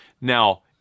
Now